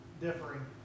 differing